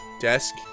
desk